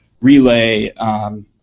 Relay